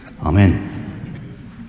Amen